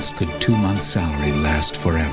could two months' salary last forever?